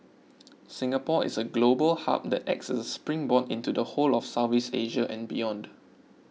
Singapore is a global hub that acts as a springboard into the whole of Southeast Asia and beyond